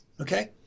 okay